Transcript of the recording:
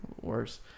Worse